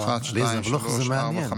אה, עליזה בלוך זה מעניין.